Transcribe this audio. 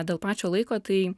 dėl pačio laiko tai